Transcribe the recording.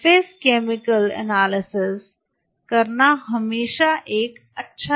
surface chemical analysis surface chemical analysis करना हमेशा एक अच्छा विचार है